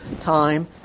time